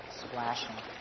splashing